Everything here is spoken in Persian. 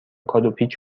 کادوپیچ